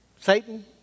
Satan